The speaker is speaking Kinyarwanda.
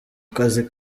kazi